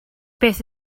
beth